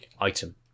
item